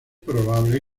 probable